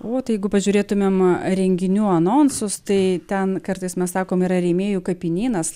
o tai jeigu pažiūrėtumėm renginių anonsus tai ten kartais mes sakom yra rėmėjų kapinynas